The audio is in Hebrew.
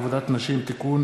הצעת חוק עבודת נשים (תיקון,